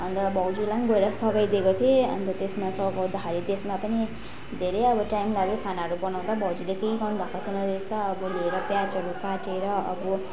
अन्त भाउजूलाई पनि गएर सघाइदिएको थिएँ अन्त त्यसमा सघाउँदाखेरि त्यसमा पनि धेरै अब टाइम लाग्यो खानाहरू बनाउँदा भाउजूले केही गर्नु भएको थिएन रहेछ अब लिएर प्याजहरू काटेर अब